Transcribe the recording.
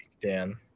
Dan